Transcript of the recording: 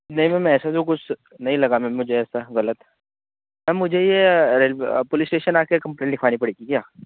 नहीं मैम ऐसा तो कुछ नहीं लगा मैम मुझे ऐसा गलत मैम मुझे ये रेलवे पुलिस स्टेशन आ कर कंप्लेंट लिखवानी पड़ेगी क्या